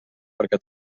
perquè